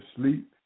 sleep